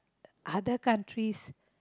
other countries